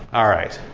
all right.